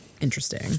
interesting